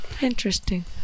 interesting